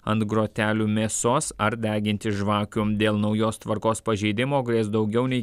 ant grotelių mėsos ar deginti žvakių dėl naujos tvarkos pažeidimo grės daugiau nei